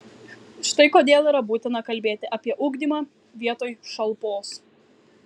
štai kodėl yra būtina kalbėti apie ugdymą vietoj šalpos